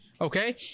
okay